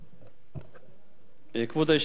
כבוד היושב-ראש, מכובדי השר, כנסת נכבדה,